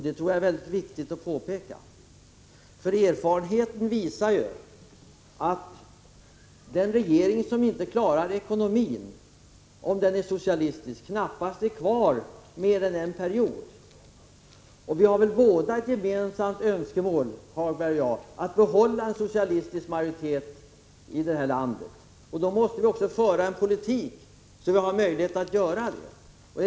Det är viktigt att påpeka detta. Erfarenheten visar att den regering som inte klarar ekonomin knappast är kvar mer än en period — om regeringen är socialistisk. Lars-Ove Hagberg och jag har naturligtvis som gemensamt önskemål att behålla en socialistisk majoritet i detta land. Då måste vi också föra en politik som ger oss möjlighet till detta.